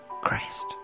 Christ